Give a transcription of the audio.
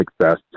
success